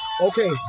Okay